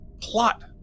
plot